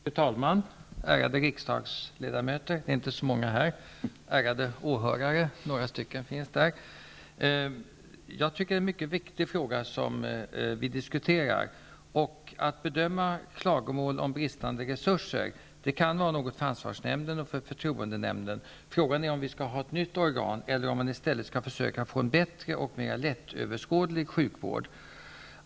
Fru talman! Ärade riksdagsledamöter! Det är inte så många här. Ärade åhörare! Det finns några stycken här. Jag tycker att det är en mycket viktig fråga som vi diskuterar. Det kan vara något för ansvarsnämnden och för förtroendenämnden att bedöma klagomål om bristande resurser. Frågan är om vi skall ha ett nytt organ eller om man i stället skall försöka få en bättre och mer lättöverskådlig sjukvård.